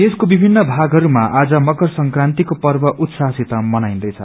देशको विभिन्न भागहरूमा आज मकर संक्रन्तिको पर्व उत्ताहसित मनाइन्दैछ